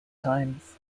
times